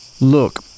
Look